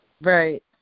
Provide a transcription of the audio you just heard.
Right